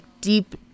deep